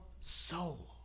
soul